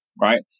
right